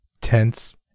tense